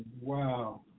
Wow